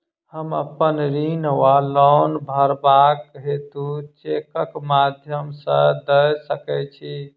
हम अप्पन ऋण वा लोन भरबाक हेतु चेकक माध्यम सँ दऽ सकै छी?